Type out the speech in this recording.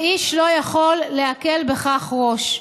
ואיש לא יכול להקל בכך ראש.